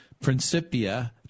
Principia